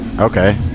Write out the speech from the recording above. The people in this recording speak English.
Okay